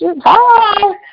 Hi